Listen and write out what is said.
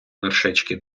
вершечки